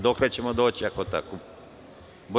Dokle ćemo doći, ako tako